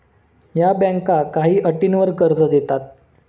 या बँका काही अटींवर कर्ज देतात